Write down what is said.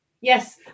Yes